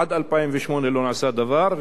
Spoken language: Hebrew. עד 2008 לא נעשה דבר,